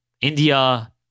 India